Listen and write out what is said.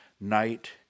night